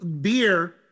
beer